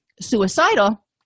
suicidal